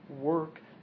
work